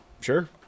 sure